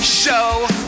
show